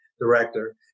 director